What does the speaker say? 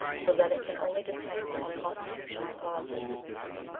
so that it can only depend on constitu tional causes.